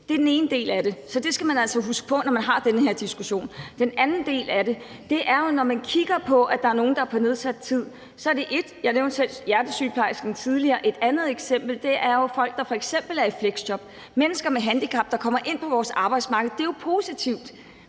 Det er den ene del af det. Så det skal man altså huske på, når man har den her diskussion. Den anden del af det er jo, at når man kigger på, at der er nogle, der er på nedsat tid, så er det f.eks. hjertesygeplejersken, som jeg selv nævnte tidligere, og et andet eksempel er folk, der f.eks. er i fleksjob. Mennesker med handicap, der kommer ind på vores arbejdsmarked, er jo noget positivt.